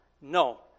no